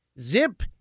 Zip